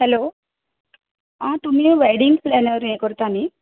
hello आ तुमी wedding planner हें करतां न्ही